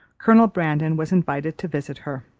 colonel brandon was invited to visit her.